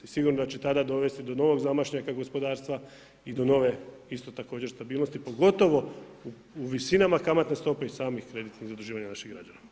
I sigurno da će tada dovesti do novog zamašnjaka gospodarstva i do nove isto također stabilnosti pogotovo u visinama kamatne stope i samih kreditnih zaduživanja naših građana.